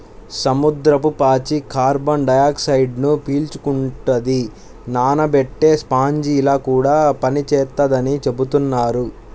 సముద్రపు పాచి కార్బన్ డయాక్సైడ్ను పీల్చుకుంటది, నానబెట్టే స్పాంజిలా కూడా పనిచేత్తదని చెబుతున్నారు